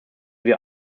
wir